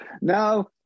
now